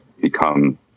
become